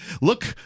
look